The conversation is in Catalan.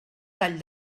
tall